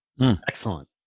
Excellent